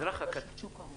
יש את רשות שוק ההון.